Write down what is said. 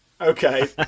okay